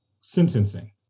sentencing